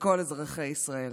לכל אזרחי ישראל."